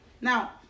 Now